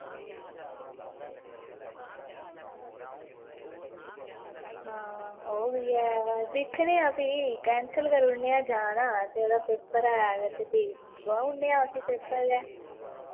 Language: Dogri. आं ओह्बी ऐ बाऽ दिक्खनै आं भी कैंसिल करी ओड़ने आं जाना ते एह्दा पेपर ऐ भी दोआई ओड़नै आं इसी पेपर गै